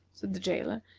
said the jailer,